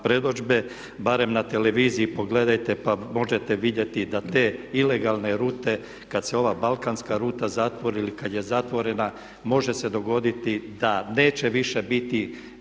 barem na televiziji pogledajte pa možete vidjeti da te ilegalne rute kad se ova balkanska ruta zatvori ili kad je zatvorena može se dogoditi da neće više biti